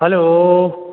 hello